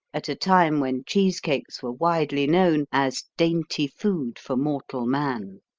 at a time when cheese cakes were widely known as dainty food for mortal man.